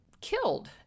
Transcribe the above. killed